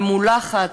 ממולחת,